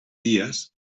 dies